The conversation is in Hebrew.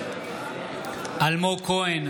נגד אלמוג כהן,